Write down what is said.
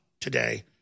today